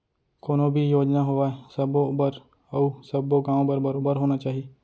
कोनो भी योजना होवय सबो बर अउ सब्बो गॉंव बर बरोबर होना चाही